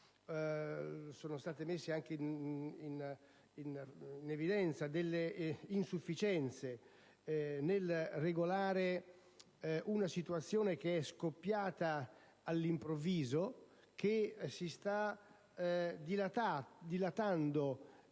sono state anche messe in evidenza delle insufficienze nel regolare una situazione che è scoppiata all'improvviso, si è dilatata